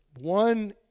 one